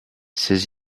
ces